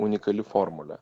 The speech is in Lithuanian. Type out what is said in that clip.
unikali formulė